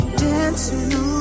dancing